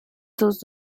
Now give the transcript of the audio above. sus